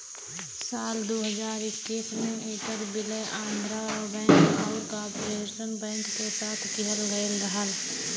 साल दू हज़ार इक्कीस में ऐकर विलय आंध्रा बैंक आउर कॉर्पोरेशन बैंक के साथ किहल गयल रहल